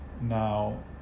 now